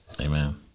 Amen